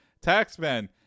Taxman